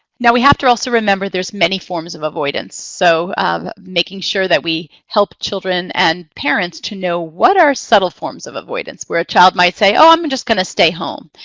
now we have to also remember there's many forms of avoidance, so making sure that we help children and parents to know what are subtle forms of avoidance, where a child might say, oh, i'm and just going to stay home,